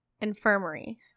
Infirmary